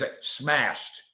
smashed